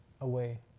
away